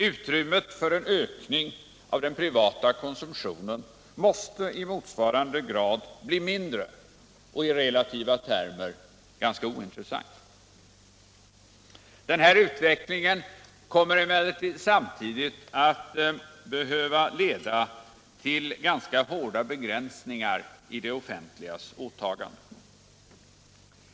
Utrymmet för en ökning av den privata konsumtionen måste i motsvarande grad bli mindre och i relativa termer ganska ointressant. Denna utveckling kommer emellertid samtidigt att leda till hårda begränsningar i det offentligas åtaganden.